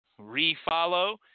refollow